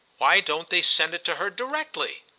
why don't they send it to her directly?